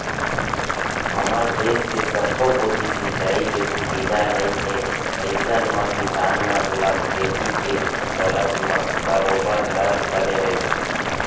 हमर देस के सब्बो कोती सिंचाई के सुबिधा नइ ए अइसन म किसान मन ल खेती के करब म बरोबर डर बने रहिथे